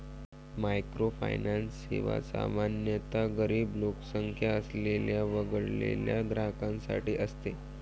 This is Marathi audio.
मायक्रोफायनान्स सेवा सामान्यतः गरीब लोकसंख्या असलेल्या वगळलेल्या ग्राहकांसाठी असते